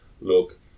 look